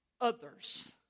others